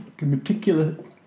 meticulous